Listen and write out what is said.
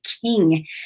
king